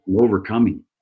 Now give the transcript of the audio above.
overcoming